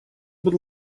будь